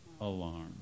alarm